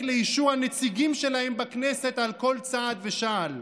לאישור הנציגים שלהם בכנסת על כל צעד ושעל.